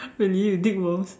really we dig worms